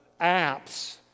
apps